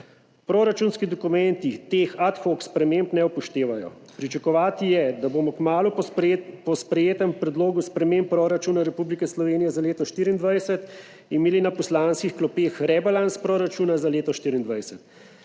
Proračunski dokumenti teh ad hoc sprememb ne upoštevajo. Pričakovati je, da bomo kmalu po sprejetem Predlogu sprememb proračuna Republike Slovenije za leto 2024 imeli na poslanskih klopeh rebalans proračuna za leto 2024.